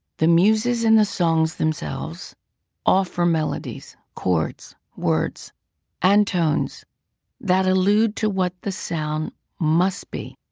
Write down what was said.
the muses in the songs themselves offer melodies, chords, words and tones that allude to what the sound must be.